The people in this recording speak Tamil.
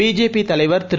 பிஜேபி தலைவர் திரு